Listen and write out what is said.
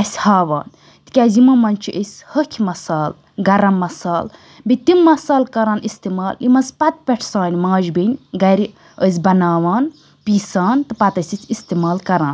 اَسہِ ہاوان تِکیٛازِ یِمو منٛز چھِ أسۍ ۂکھۍ مَسال گَرَم مَسالہٕ بیٚیہِ تِم مَسالہٕ کَران استعمال یِم حظ پَتہٕ پٮ۪ٹھ سانہِ ماجہِ بیٚنہِ گَرِ ٲسۍ بَناوان پیٖسان تہٕ پَتہٕ ٲسۍ أسۍ اِستعمال کَران